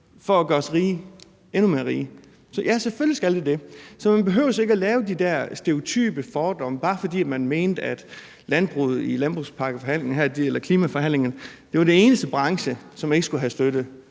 for at gøre os rige, endnu mere rige. Så ja, selvfølgelig skal den det. Så man behøver ikke at lave de der stereotype fordomme, bare fordi man mente i klimaforhandlingerne, at landbruget var den eneste branche, som ikke skulle have støtte